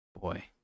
Boy